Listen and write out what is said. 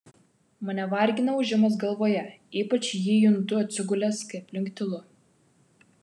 mane vargina ūžimas galvoje ypač jį juntu atsigulęs kai aplink tylu